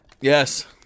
Yes